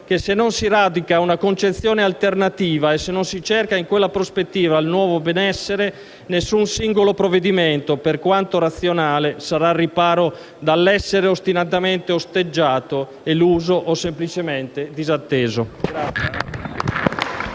che «Se non si radica una concezione alternativa (...), e se non si cerca in quella prospettiva il nuovo benessere, nessun singolo provvedimento, per quanto razionale, sarà al riparo dall'essere ostinatamente osteggiato, eluso o semplicemente disatteso».